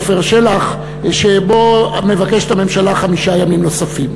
עפר שלח, שבה מבקשת הממשלה חמישה ימים נוספים.